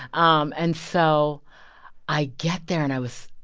um and so i get there, and i was,